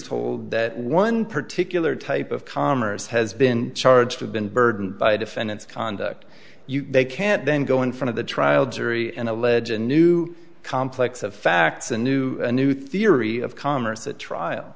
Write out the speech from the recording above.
told that one particular type of commerce has been charged with been burdened by a defendant's conduct they can't then go in front of the trial jury and allege and new complex of facts a new a new theory of commerce a trial